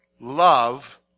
Love